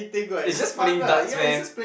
it's just playing darts meh